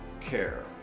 care